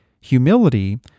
humility